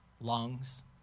lungs